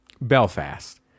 Belfast